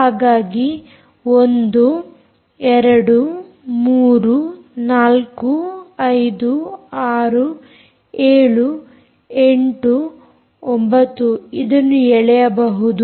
ಹಾಗಾಗಿ 1 2 3 4 5 6 7 8 9 ಇದನ್ನು ಎಳೆಯಬಹುದು